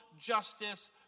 justice